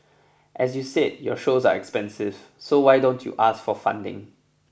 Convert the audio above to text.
as you said your shows are expensive so why don't you ask for funding